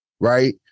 right